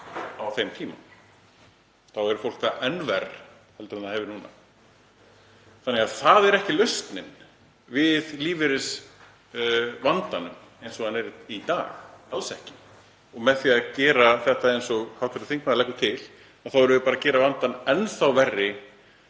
á þeim tíma. Þá hefur fólk það enn verr en það hefur núna. Þannig að það er ekki lausnin við lífeyrisvandanum eins og hann er í dag, alls ekki. Með því að gera þetta eins og hv. þingmaður leggur til þá erum við bara að gera vandann enn þá verri